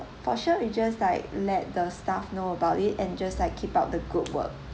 for sure we just like let the staff know about it and just like keep up the good work